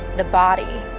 the body,